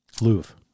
Louvre